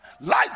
Life